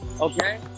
Okay